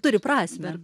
turi prasmę